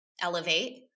Elevate